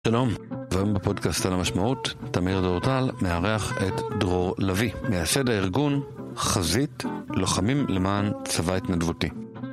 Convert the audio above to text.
שלום, והיום בפודקאסט על המשמעות, תמיר דורטל מארח את דרור לביא, מייסד הארגון חזית לוחמים למען צבא התנדבותי.